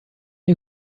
you